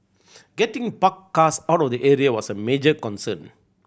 getting parked cars out of the area was a major concern